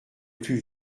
plus